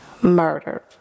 murdered